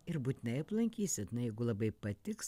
ir būtinai aplankysit na jeigu labai patiks